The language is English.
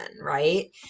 right